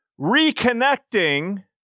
reconnecting